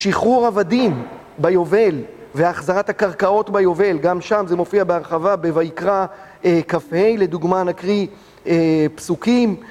שחרור עבדים ביובל והחזרת הקרקעות ביובל, גם שם זה מופיע בהרחבה בויקרא כ"ה, לדוגמה נקריא פסוקים